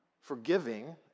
forgiving